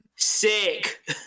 Sick